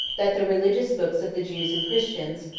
that the religious books of the jews and christians,